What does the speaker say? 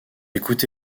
écouté